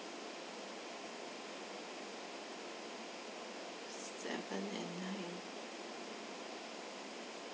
six seven and nine